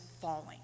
falling